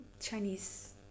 chinese